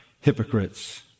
hypocrites